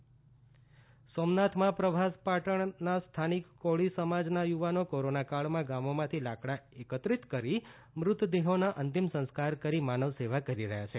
અંતિમ સંસ્કાર સોમનાથમાં પ્રભાસ પાટણના સ્થાનીક કોળી સમાજના યુવાનો કોરોના કાળમાં ગામોમાંથી લાકડાં એકત્રિત કરી મૃતદેહોના અંતિમ સંસ્કાર કરી માનવ સેવા કરી રહ્યા છે